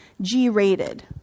G-rated